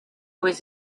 was